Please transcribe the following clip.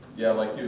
yeah like you